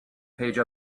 page